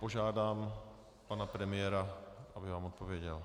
Požádám pana premiéra, aby vám odpověděl.